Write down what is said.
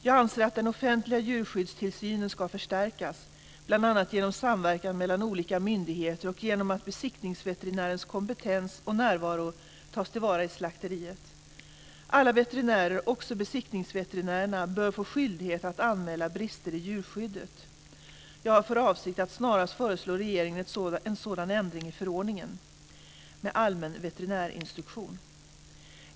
Jag anser att den offentliga djurskyddstillsynen ska förstärkas bl.a. genom samverkan mellan olika myndigheter och genom att besiktningsveterinärens kompetens och närvaro tas till vara i slakteriet. Alla veterinärer, också besiktningsveterinärerna, bör få skyldighet att anmäla brister i djurskyddet. Jag har för avsikt att snarast föreslå regeringen en sådan ändring i förordningen med allmän veterinärinstruktion.